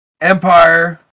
empire